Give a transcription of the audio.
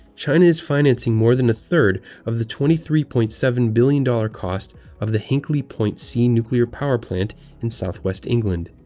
china is financing more than a third of the twenty three point seven billion dollars cost of the hinkley point c nuclear power plant in southwest england.